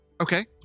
Okay